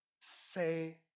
say